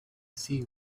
see